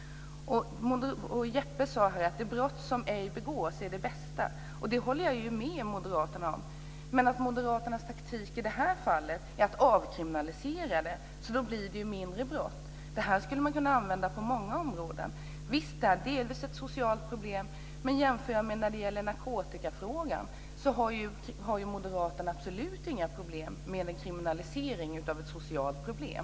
Jeppe Johnsson sade att det brott som ej begås är det bästa. Där håller jag med moderaterna. Men moderaternas taktik i det här fallet är att avkriminalisera det, och då blir det färre brott. Det skulle man kunna använda på många områden. Visst är det ett socialt problem. Men i narkotikafrågan har moderaterna absolut inga problem med en kriminalisering av ett socialt problem.